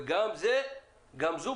וגם זו פשרה